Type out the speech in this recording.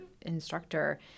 instructor